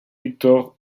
victor